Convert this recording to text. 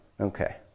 Okay